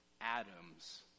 atoms